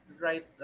right